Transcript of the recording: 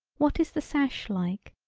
what is the sash like.